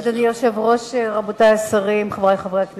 אדוני היושב-ראש, רבותי השרים, חברי חברי הכנסת,